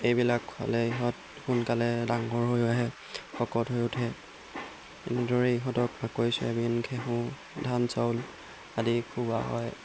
এইবিলাক খোৱালে ইহঁত সোনকালে ডাঙৰ হৈয়ো আহে শকত হৈ উঠে এনেদৰেই ইহঁতক মাকৈ চয়াবিন ঘেঁহু ধান চাউল আদি খুওৱা হয়